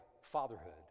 Fatherhood